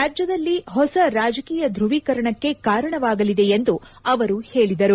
ರಾಜ್ಯದಲ್ಲಿ ಹೊಸ ರಾಜಕೀಯ ಧುವೀಕರಣಕ್ಕೆ ಕಾರಣವಾಗಲಿದೆ ಎಂದು ಅವರು ಹೇಳಿದರು